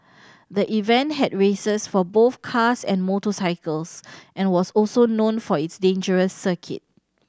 the event had races for both cars and motorcycles and was also known for its dangerous circuit